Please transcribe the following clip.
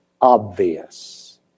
obvious